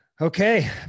Okay